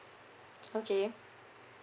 okay